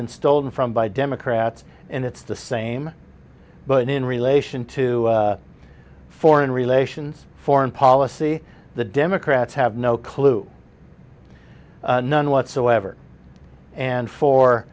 been stolen from by democrats and it's the same but in relation to foreign relations foreign policy the democrats have no clue none whatsoever and for